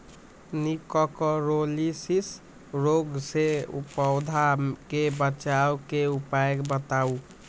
निककरोलीसिस रोग से पौधा के बचाव के उपाय बताऊ?